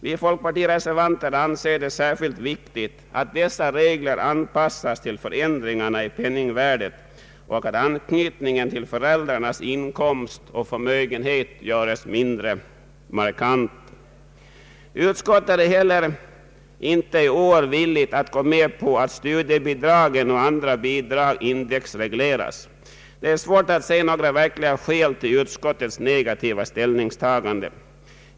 Vi folkpartireservanter anser det särskilt viktigt att dessa regler anpassas till penningvärdeförändringen och att anknytningen till föräldrarnas inkomst och förmögenhet göres mindre markant. Utskottet är inte heller i år villigt att gå med på att studiebidragen och andra bidrag indexregleras. Det är svårt att finna några verkliga skäl till utskottets negativa ställningstagande.